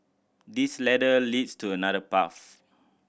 this ladder leads to another path